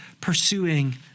pursuing